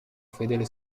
fedele